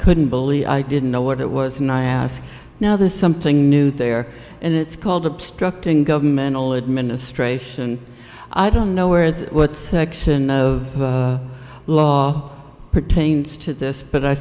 couldn't believe i didn't know what it was and i ask now there's something new there and it's called obstructing government all administration i don't know where that what section of law pertains to this but i